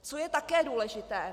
Co je také důležité?